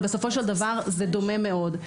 בסופו של דבר זה דומה מאוד.